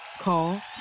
Call